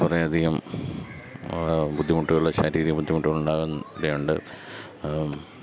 കുറേയധികം ബുദ്ധിമുട്ടുകളുള്ള ശാരീരിക ബുദ്ധിമുട്ടുകൾ ഉണ്ടാകേണ്ടതുണ്ട്